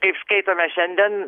kaip skaitome šiandien